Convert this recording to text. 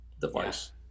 device